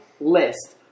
list